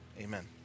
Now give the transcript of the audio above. amen